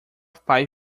pai